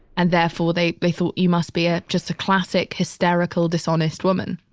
and therefore they they thought you must be a just a classic, hysterical, dishonest woman